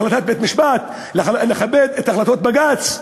לכבד החלטת בית-משפט, לכבד את החלטות בג"ץ.